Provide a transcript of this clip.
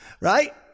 right